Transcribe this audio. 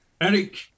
Eric